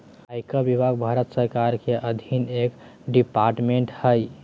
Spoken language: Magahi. आयकर विभाग भारत सरकार के अधीन एक डिपार्टमेंट हय